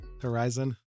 Horizon